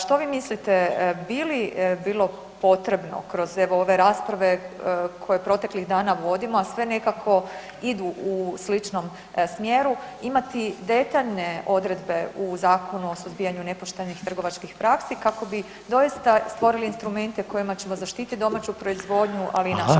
Što vi mislite, bi li bilo potrebno kroz, evo, ove rasprave koje proteklih dana vodimo, a sve nekako idu u sličnom smjeru, imati detaljne odredbe u Zakonu o suzbijanju nepoštenih trgovačkih praksi kako bi doista stvorili instrumente kojima ćemo zaštiti domaću proizvodnju, ali i [[Upadica: Hvala.]] naše potrošače?